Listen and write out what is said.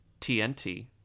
TNT